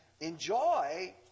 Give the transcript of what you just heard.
enjoy